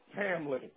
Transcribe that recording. family